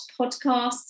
podcasts